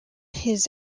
his